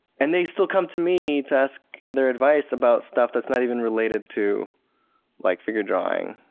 and they still come to me to ask their advice about stuff that's not even related to like figure drawing.